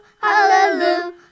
Hallelujah